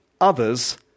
others